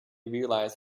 realize